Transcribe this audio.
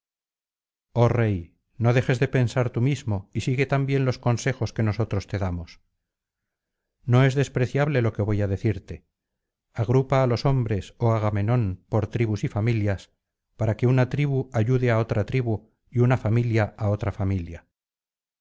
oh rey no dejes de pensar tú mismo y sigue también los consejos que nosotros te damos no es despreciable lo que voy á decirte agrupa á los hombres oh agamenón por tribus y familias para que una tribu ayude á otra tribu y una familia á otra familia